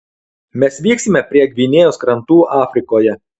mes vyksime prie gvinėjos krantų afrikoje